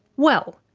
well,